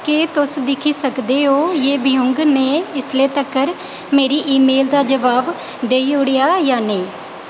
केह् तुस दिक्खी सकदे ओ जे बिहुंग ने इसलै तकर मेरी ईमेल दा जवाब देई ओड़ेआ जां नेईं